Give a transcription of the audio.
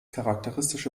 charakteristische